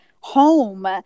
home